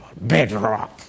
Bedrock